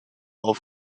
auf